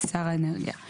שימנה שר האנרגיה ;